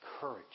Courage